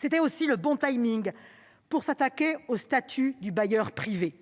C'était aussi le bon moment pour s'attaquer au statut du bailleur privé.